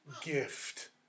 gift